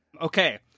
Okay